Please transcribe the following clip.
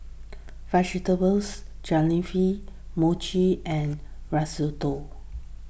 Vegetables Jalfrezi Mochi and Risotto